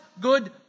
good